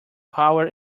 power